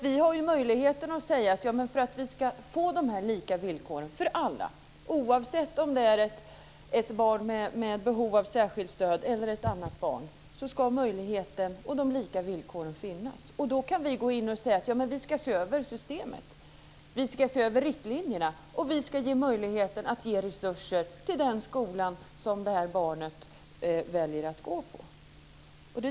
Vi har ju möjlighet att säga: För att vi ska få de här lika villkoren för alla, oavsett om det är ett barn med behov av särskilt stöd eller ett annat barn, ska vi se över systemet. Vi ska se över riktlinjerna, och vi ska ge möjligheten att ge resurser till den skola som det här barnet väljer att gå i.